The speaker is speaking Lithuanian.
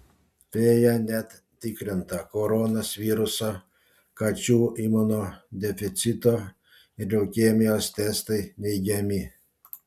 fėja net tikrinta koronos viruso kačių imunodeficito ir leukemijos testai neigiami